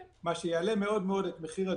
מה שיעלה מאוד מאוד את מחיר הדירות.